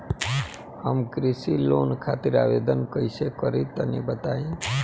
हम कृषि लोन खातिर आवेदन कइसे करि तनि बताई?